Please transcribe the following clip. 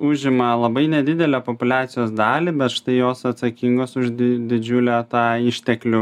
užima labai nedidelę populiacijos dalį bet štai jos atsakingos už didžiulę tą išteklių